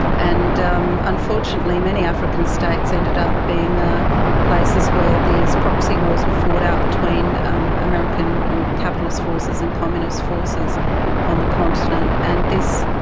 and um unfortunately many african states ended up being ah places where these proxy wars were fought out between um american ah forces and communist forces on the continent. and this